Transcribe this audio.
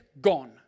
Gone